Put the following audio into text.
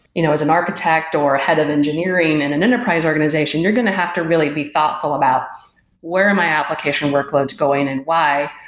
you know as an architect or head of engineering in and an enterprise organization, you're going to have to really be thoughtful about where my application workload is going and why?